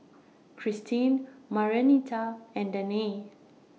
Christin Marianita and Danae